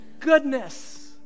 goodness